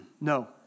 no